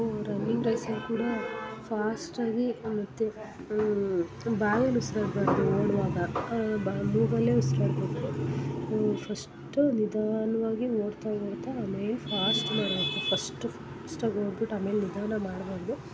running ರೇಸಲ್ಲಿ ಕೂಡ fast ಆಗಿ ಮತ್ತು ಬಾಯಲ್ಲಿ ಉಸ್ರಾಡ್ಬಾರದು ಓಡುವಾಗ ಬಾ ಮೂಗಲ್ಲೆ ಉಸ್ರಾಡಬೇಕು ಫಸ್ಟು ನಿಧಾನವಾಗಿ ಓಡ್ತಾ ಓಡ್ತಾ ಆಮೇಲೆ ಫಾಸ್ಟ್ ಮಾಡಬೇಕು ಫಸ್ಟ್ ಫಾಸ್ಟಾಗಿ ಓಡ್ಬಿಟ್ಟು ಆಮೇಲೆ ನಿಧಾನ ಮಾಡ್ಬಾರದು